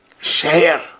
share